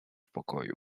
pokoju